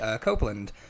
Copeland